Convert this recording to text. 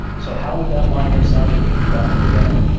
so how would that line have sounded if you'd gotten your way?